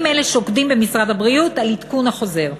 אלה שוקדים במשרד הבריאות על עדכון החוזר.